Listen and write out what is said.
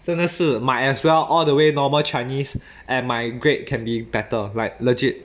真的是 might as well all the way normal chinese and my grade can be better like legit